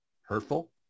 hurtful